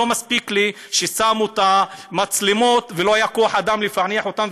לא מספיק לי ששמו את המצלמות ולא היה כוח אדם לפענח אותן,